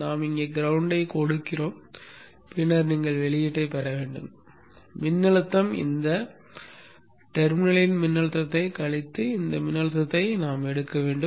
நாம் இங்கே கிரௌண்ட்ஐ கொடுக்கிறோம் பின்னர் நீங்கள் வெளியீட்டைப் பெற வேண்டும் மின்னழுத்தத்திலிருந்து இந்த முனையின் மின்னழுத்தத்தை கழித்து இந்த மின்னழுத்தத்தை எடுக்க வேண்டும்